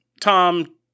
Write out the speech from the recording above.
Tom